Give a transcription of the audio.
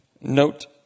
Note